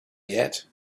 yet